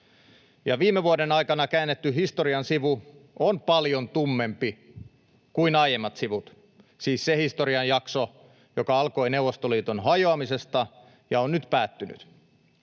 viime vuoden aikana käännetty historian sivu on paljon tummempi kuin aiemmat sivut — siis se historian jakso, joka alkoi Neuvostoliiton hajoamisesta ja on nyt päättynyt.